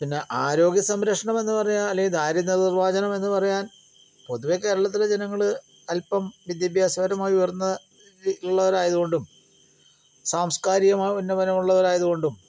പിന്നെ ആരോഗ്യസംരക്ഷണം എന്ന് പറയാം അല്ലേൽ ദാരിദ്ര്യ നിർമാർജ്ജനം എന്ന് പറയാൻ പൊതുവേ കേരളത്തിലെ ജനങ്ങൾ അല്പം വിദ്യാഭാസപരമായി ഉയർന്ന രീതിയിലുള്ളവരായതു കൊണ്ടും സാംസ്കാരികമായ ഉന്നമനം ഉള്ളവരായതു കൊണ്ടും